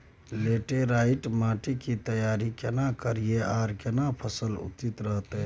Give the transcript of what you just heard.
Laterite माटी की तैयारी केना करिए आर केना फसल उचित रहते?